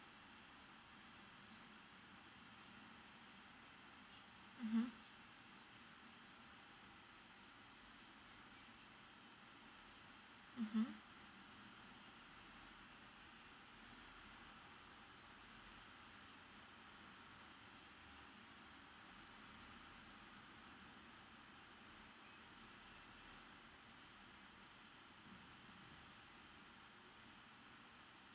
mmhmm mmhmm